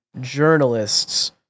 journalists